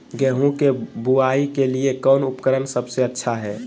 गेहूं के बुआई के लिए कौन उपकरण सबसे अच्छा है?